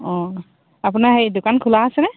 অঁ আপোনাৰ হেৰি দোকান খোলা আছেনে